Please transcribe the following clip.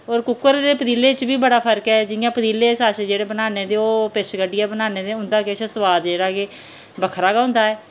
और कुक्कर ते पतीले च बी बड़ा फर्क ऐ जि'यां पतीले च अस जेह्ड़े बनान्ने ते ओह् पिच्छ कड्डियै बनान्ने ते उं'दा किश सुआद जेह्ड़ा के बक्खरा गै होंदा ऐ